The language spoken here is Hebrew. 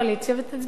ותצביעו נגד.